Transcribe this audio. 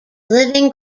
living